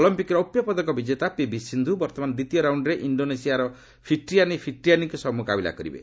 Olympic ରୌପ୍ୟ ପଦକ ବିଜେତା ପିଭି ସିନ୍ଧୁ ବର୍ତ୍ତମାନ ଦ୍ୱିତୀୟ ରାଉଣ୍ଡ୍ରେ ଇଷ୍ଡୋନେସିଆ ଫିଟ୍ରିଆନୀ ଫିଟ୍ରିଆନୀଙ୍କ ସହ ମୁକାବିଲା କରିବେ